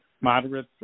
moderate